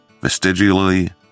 vestigially